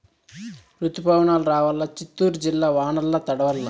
రుతుపవనాలు రావాలా చిత్తూరు జిల్లా వానల్ల తడవల్ల